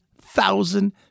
thousand